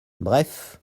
bref